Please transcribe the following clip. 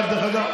עכשיו, דרך אגב,